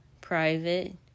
private